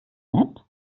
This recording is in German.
nett